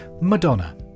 Madonna